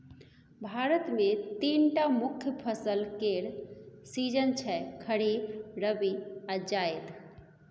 भारत मे तीनटा मुख्य फसल केर सीजन छै खरीफ, रबी आ जाएद